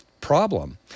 problem